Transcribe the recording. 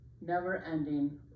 never-ending